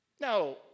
Now